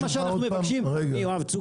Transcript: הבנו את הבעיה, יואב.